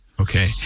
Okay